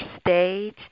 stage